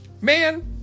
man